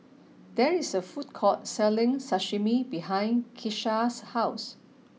there is a food court selling Sashimi behind Kisha's house